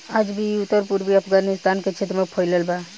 आज भी इ उत्तर पूर्वी अफगानिस्तान के क्षेत्र में फइलल बा